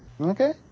Okay